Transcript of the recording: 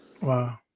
Wow